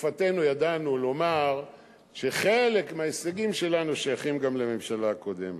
בתקופתנו ידענו לומר שחלק מההישגים שלנו שייכים גם לממשלה הקודמת.